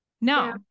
No